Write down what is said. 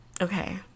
Okay